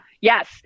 Yes